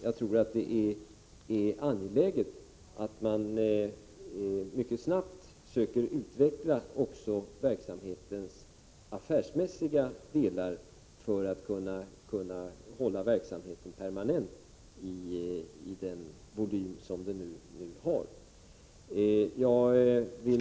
Jag tycker att det är angeläget att man mycket snabbt söker utveckla också verksamhetens affärsmässiga delar för att kunna hålla verksamheten permanent med den volym som den nu har.